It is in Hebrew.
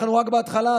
אנחנו רק בהתחלה.